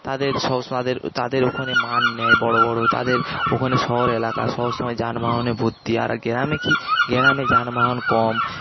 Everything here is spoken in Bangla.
তাদের সব তাদের তাদের ওখানে মাঠ নেই বড়ো বড়ো তাদের ওখানে শহর এলাকা সবসময় যানবাহনে ভর্তি আর গ্রামে কী গ্রামে যানবাহন কম